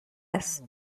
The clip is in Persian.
است